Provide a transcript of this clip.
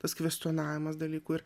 tas kvestionavimas dalykų ir